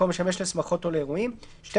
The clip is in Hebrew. מקום המשמש לשמחות או לאירועים); (12)